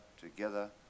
together